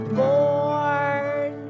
born